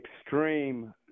Extreme